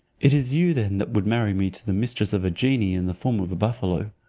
it is you then that would marry me to the mistress of a genie in the form of a buffalo.